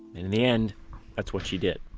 in the end that's what she did